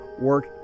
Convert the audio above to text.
work